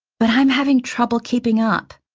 but i'm having trouble keeping up.